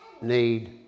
need